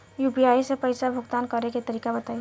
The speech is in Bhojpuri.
यू.पी.आई से पईसा भुगतान करे के तरीका बताई?